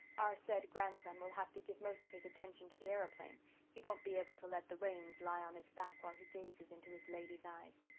our said grandson will have to give most of his attention to the aeroplane he won't be able to let the reins lie on its back while he gazes into his lady's eyes.